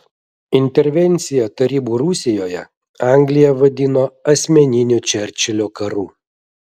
intervenciją tarybų rusijoje anglija vadino asmeniniu čerčilio karu